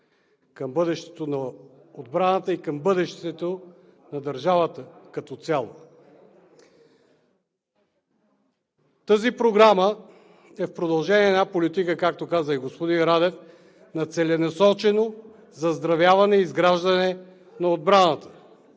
към бъдещето на отбраната и към бъдещето на държавата като цяло. Тази програма е продължение на една политика, както каза и господин Радев, на целенасочено заздравяване и изграждане на отбраната.